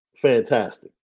fantastic